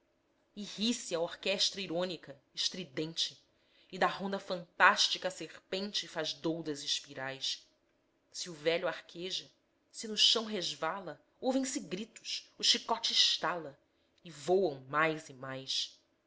e ri-se a orquestra irônica estridente e da ronda fantástica a serpente faz doudas espirais se o velho arqueja se no chão resvala ouvem-se gritos o chicote estala e voam mais e mais